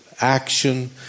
action